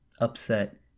upset